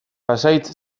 pasahitz